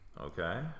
okay